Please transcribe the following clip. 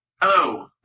Hello